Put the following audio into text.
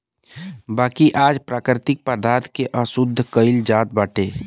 बाकी आज प्राकृतिक पदार्थ के अशुद्ध कइल जात बाटे